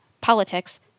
politics